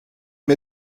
mir